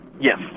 Yes